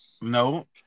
No